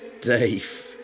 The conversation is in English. Dave